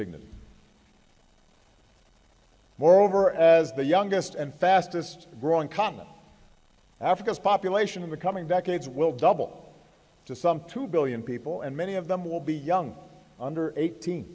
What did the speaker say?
dignity moreover as the youngest and fastest growing common africa's population in the coming decades will double to some two billion people and many of them will be young under eighteen